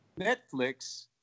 Netflix